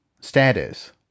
status